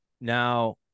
Now